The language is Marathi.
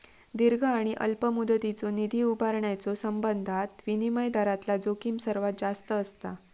दीर्घ आणि अल्प मुदतीचो निधी उभारण्याच्यो संबंधात विनिमय दरातला जोखीम सर्वात जास्त असता